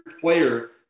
player